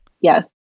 Yes